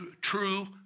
true